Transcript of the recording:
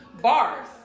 Bars